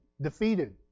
defeated